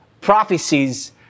prophecies